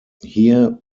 here